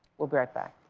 we'll be right back.